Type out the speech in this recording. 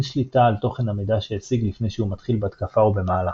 שליטה על תוכן המידע שהשיג לפני שהוא מתחיל בהתקפה או במהלכה.